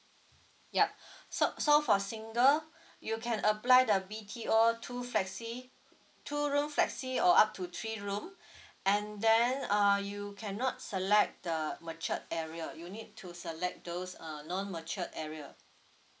yup so so for single you can apply the B_T_O two flexi two room flexi or up to three room and then uh you cannot select the matured area you need to select those err non matured area